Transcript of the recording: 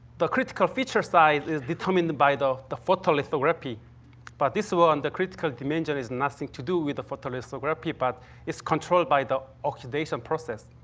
the critical feature side is determined by the the photolithography but this one, the critical dimension has nothing to do with the photolithography, but it's controlled by the oxidation process.